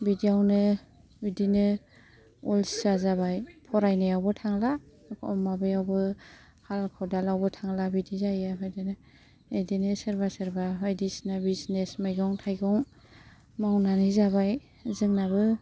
बिदियावनो बिदिनो अलसिया जाबाय फरायनायावबो थांला माबायावबो हाल खदालावबो थांला बिदि जायो ओमफ्राय बिदि जायो बिदिनो सोरबा सोरबा बायदिसिना बिजिनेस मैगं थाइगं मावनानै जाबाय जोंनाबो